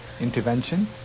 intervention